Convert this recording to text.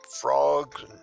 frogs